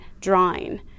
drawing